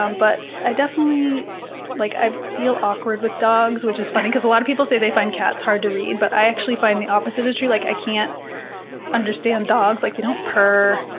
um but i definitely like feel awkward with dogs, which is funny because a lot of people say they find cats hard to read, but i actually find the opposite is true. like i can't understand dogs. like, they don't purr,